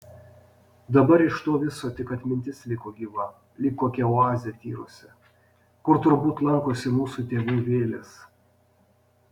dabar iš to viso tik atmintis liko gyva lyg kokia oazė tyruose kur turbūt lankosi mūsų tėvų vėlės